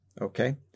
Okay